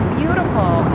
beautiful